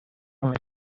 amb